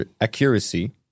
accuracy